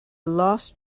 lost